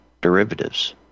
derivatives